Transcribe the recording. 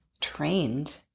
trained